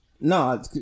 no